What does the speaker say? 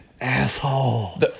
Asshole